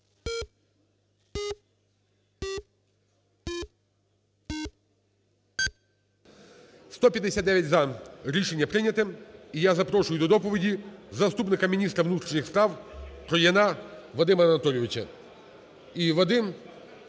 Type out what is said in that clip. За-159 Рішення прийнято. І я запрошую до доповіді заступника міністра внутрішніх справ Трояна Вадима Анатолійовича. І, Вадим,